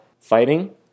fighting